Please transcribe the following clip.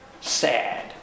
sad